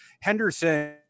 Henderson